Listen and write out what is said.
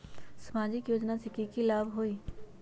सामाजिक योजना से की की लाभ होई?